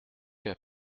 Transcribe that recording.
qu’à